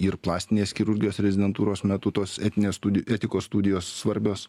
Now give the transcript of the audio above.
ir plastinės chirurgijos rezidentūros metu tos etinės etikos studijos svarbios